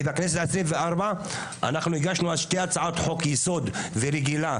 בכנסת ה-24 אנחנו הגשנו שתי הצעות חוק יסוד ורגילה,